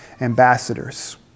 ambassadors